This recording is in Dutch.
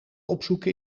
opzoeken